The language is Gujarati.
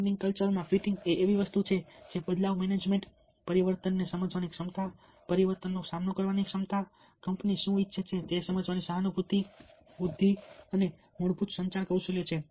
કંપની કલ્ચરમાં ફિટિંગ એ એવી વસ્તુ છે જે બદલાવ મેનેજમેન્ટ પરિવર્તનને સમજવાની ક્ષમતા પરિવર્તનનો સામનો કરવાની ક્ષમતા કંપની શું ઇચ્છે છે તે સમજવાની સહાનુભૂતિ બુદ્ધિ અને મૂળભૂત સંચાર કૌશલ્યો છે